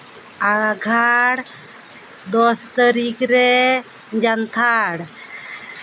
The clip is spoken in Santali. ᱟᱸᱜᱷᱟᱲ ᱫᱚᱥ ᱛᱟᱹᱨᱤᱠᱷ ᱨᱮ ᱡᱟᱱᱛᱷᱟᱲ